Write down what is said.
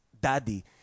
daddy